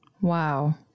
Wow